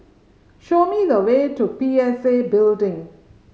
show me the way to P S A Building